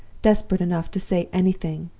desperate enough to say anything.